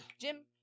Jim